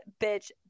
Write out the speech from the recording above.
bitch